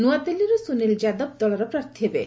ନୂଆଦିଲ୍ଲୀରୁ ସୁନୀଲ ଯାଦବ ଦଳର ପ୍ରାର୍ଥୀ ହେବେ